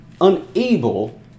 unable